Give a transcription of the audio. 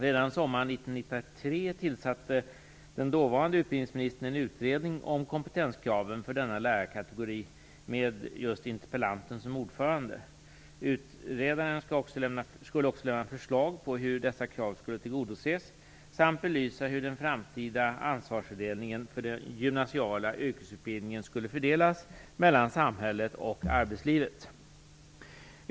Redan sommaren 1993 tillsatte den dåvarande utbildningsministern en utredning om kompetenskraven för denna lärarkategori med just interpellanten som ordförande. Utredaren skulle också lämna förslag om hur dessa krav skulle tillgodoses samt belysa hur den framtida ansvarsfördelningen för den gymnasiala yrkesutbildningen skulle fördelas mellan samhället och arbetslivet.